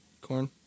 Corn